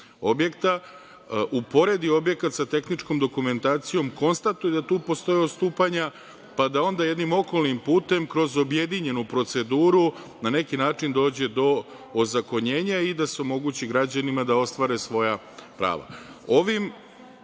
objekta, uporedi objekat sa tehničkom dokumentacijom, konstatuje da tu postoje odstupanja, pa da onda jednim okolnim putem, kroz objedinjenu proceduru na neki način dođe do ozakonjenja i da se omogući građanima da ostvare svoja prava. Ovim